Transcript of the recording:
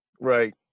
right